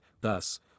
thus